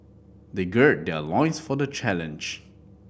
they gird their loins for the challenge